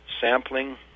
sampling